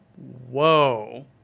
Whoa